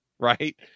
Right